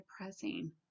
depressing